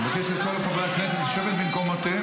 אני מבקש מכל חברי הכנסת לשבת במקומותיהם,